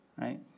right